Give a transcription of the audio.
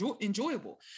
enjoyable